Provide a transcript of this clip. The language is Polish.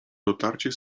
dotarcie